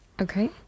Okay